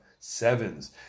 sevens